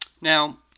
Now